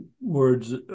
words